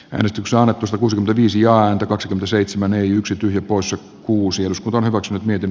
risto saavat usa kuusi viisi joan kaksi seitsemän yksi poissa kuusi jos kaivos nyt mietin